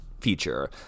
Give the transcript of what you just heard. feature